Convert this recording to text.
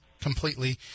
completely